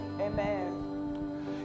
Amen